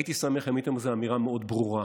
הייתי שמח אם הייתם אומרים איזו אמירה מאוד ברורה